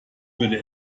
würde